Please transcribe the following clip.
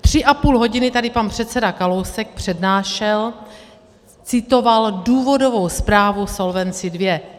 Tři a půl hodiny tady pan předseda Kalousek přednášel, citoval důvodovou zprávu Solvency II.